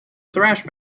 thrash